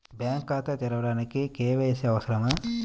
Bank ఖాతా తెరవడానికి KYC అవసరమా?